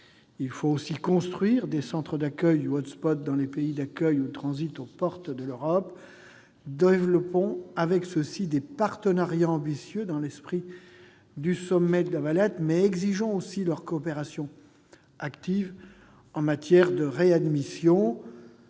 Il faut aussi construire des centres d'accueil ou dans les pays d'accueil ou de transit aux portes de l'Europe. Développons avec ces pays des partenariats ambitieux dans l'esprit du sommet de La Valette, mais exigeons aussi leur coopération active en matière de réadmission.